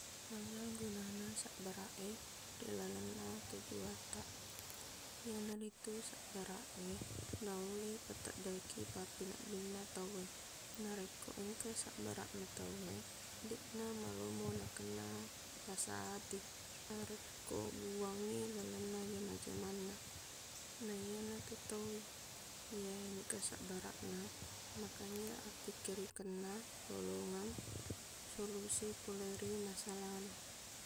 Aga gunana sabbaraq e ri lalenna tujuwattaq iyanaritu sabbaraq e naulle pateddeki pappeneddinna tauwe narekko engka sabbaraqna tauwe deqna malomo nakena lasa ati narekko buwangngi lalenna jama-jamanna naiyanatu tau iyae engka sabbaraqna makanjaq appikirikenna lolongeng solusi pole ri masalana